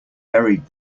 buried